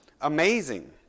amazing